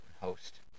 host